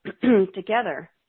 together